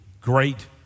great